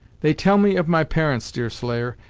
they tell me of my parents, deerslayer,